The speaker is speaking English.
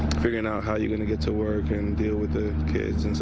figuring out how you're going to get to work and deal with the kids. it's